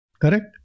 correct